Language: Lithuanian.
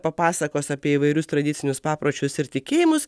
papasakos apie įvairius tradicinius papročius ir tikėjimus